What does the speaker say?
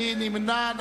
מי נמנע?